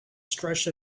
stretched